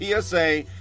PSA